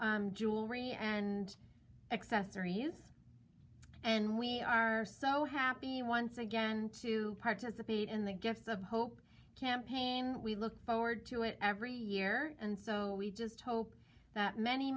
jewelry and accessories and we are so happy once again to participate in the gifts of hope campaign we look forward to it every year and so we just hope that many